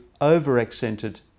over-accented